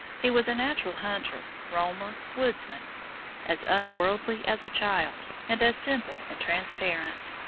he was a natural hunter, roamer, woodsman as unworldly as a child, and as simple and transparent.